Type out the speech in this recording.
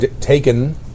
taken